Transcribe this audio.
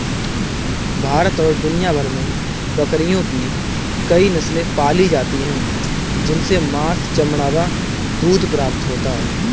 भारत और दुनिया भर में बकरियों की कई नस्ले पाली जाती हैं जिनसे मांस, चमड़ा व दूध प्राप्त होता है